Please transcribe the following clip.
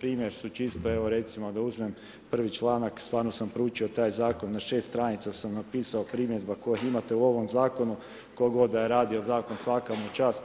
Primjer su čisto evo recimo da uzmem prvi članak, stvarno sam proučio taj zakon na šest stranica sam napisao primjedbe koje imate u ovom zakonu, tko god da je radio zakon svaka mu čast,